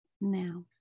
Now